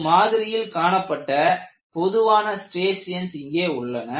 ஒரு மாதிரியில் காணப்பட்ட பொதுவான ஸ்ட்ரியேஷன்ஸ் இங்கே உள்ளன